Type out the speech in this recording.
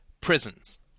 prisons